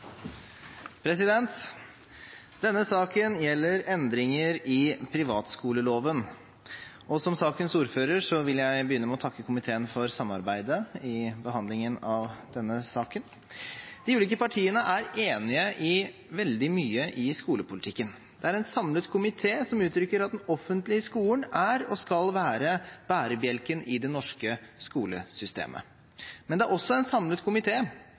vedtatt. Denne saken gjelder endringer i privatskoleloven. Som sakens ordfører vil jeg begynne med å takke komiteen for samarbeidet i behandlingen av denne saken. De ulike partiene er enige i veldig mye i skolepolitikken. Det er en samlet komité som uttrykker at den offentlige skolen er og skal være bærebjelken i det norske skolesystemet. Men det er også en samlet